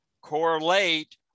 correlate